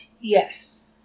Yes